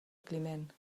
climent